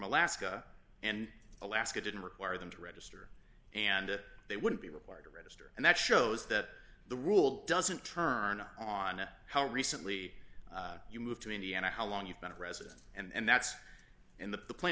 alaska and alaska didn't require them to register and they would be required to register and that shows that the rule doesn't turn on how recently you moved to indiana how long you've been a resident and that's in the pla